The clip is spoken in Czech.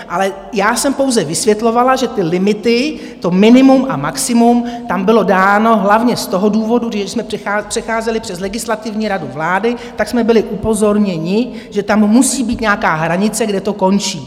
Ale já jsem pouze vysvětlovala, že ty limity, to minimum a maximum, tam bylo dáno hlavně z toho důvodu, když jsme přecházeli přes Legislativní radu vlády, tak jsme byli upozorněni, že tam musí být nějaká hranice, kde to končí.